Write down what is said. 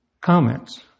comments